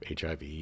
HIV